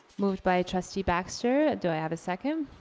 moved by trustee baxter, do i have a second?